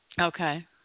Okay